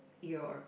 your